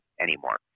anymore